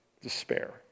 Despair